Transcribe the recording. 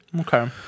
Okay